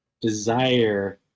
desire